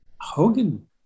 Hogan